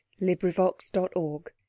LibriVox.org